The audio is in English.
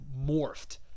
morphed